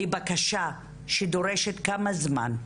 בקשה שדורשת כמה זמן?